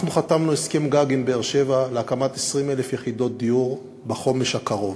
אנחנו חתמנו הסכם-גג עם באר-שבע להקמת 20,000 יחידות דיור בחומש הקרוב,